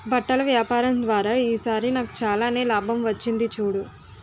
బట్టల వ్యాపారం ద్వారా ఈ సారి నాకు చాలానే లాభం వచ్చింది చూడు